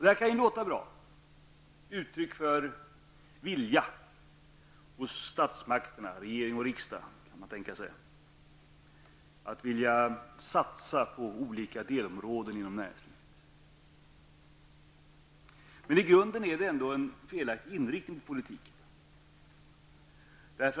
Det här verkar ju bra, och det låter som ett uttryck för en vilja hos statsmakterna, regering och riksdag, att satsa på olika delområden inom näringslivet. I grunden är det ändå en felaktig inriktning på politiken.